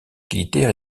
utilitaire